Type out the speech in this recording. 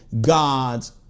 God's